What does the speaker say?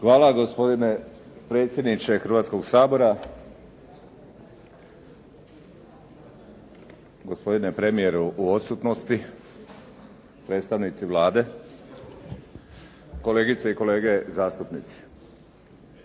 Hvala gospodine predsjedniče Hrvatskoga sabora. Gospodine premijeru u odsutnosti, predstavnici Vlade, kolegice i kolege zastupnici.